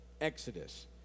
exodus